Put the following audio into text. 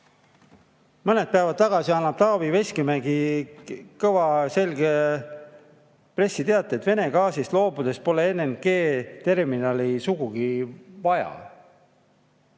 Mõned päevad tagasi andis Taavi Veskimägi kõva selge [häälega] pressiteate, et Vene gaasist loobudes pole LNG‑terminali sugugi vaja.